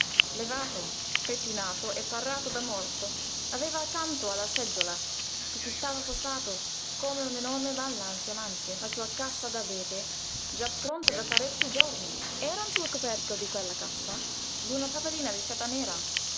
lavato pettinato e parato da morto aveva accanto alla seggiola su cui stava posato come un'enorme balla ansimante la sua cassa d'abete già pronta da parecchi giorni eran preparati sul coperchio di quella cassa una papalina di seta nera